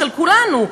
של כולנו,